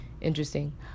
interesting